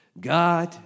God